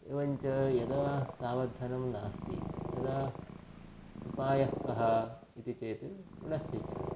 एवञ्च यदा तावद्धनं नास्ति तदा उपायः कः इति चेत् ऋणस्वीकरणम्